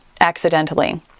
accidentally